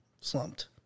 slumped